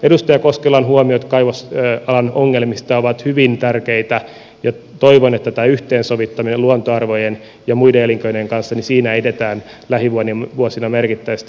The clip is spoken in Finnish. edustaja koskelan huomiot kaivosalan ongelmista ovat hyvin tärkeitä ja toivon että tässä yhteensovittamisessa luontoarvojen ja muiden elinkeinojen kanssa edetään lähivuosina merkittävästi